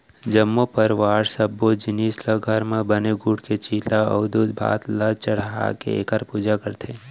जम्मो परवार सब्बो जिनिस ल घर म बने गूड़ के चीला अउ दूधभात ल चघाके एखर पूजा करथे